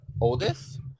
oldest